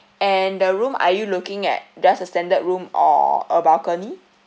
and the room are you looking at just a standard room or a balcony